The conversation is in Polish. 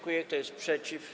Kto jest przeciw?